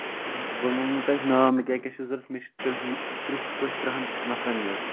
بہٕ وَنو تۄہہِ ناو مےٚ کیاہ کیاہ چھُ ضرورت مےٚ چھُ ترٕٛہ پٔژھۍ ترٕٛہن نَفرن یُن